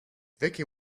vicky